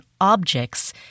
objects